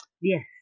Yes